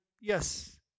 yes